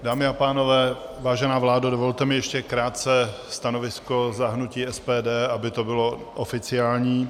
Dámy a pánové, vážená vládo, dovolte mi ještě krátce stanovisko za hnutí SPD, aby to bylo oficiální.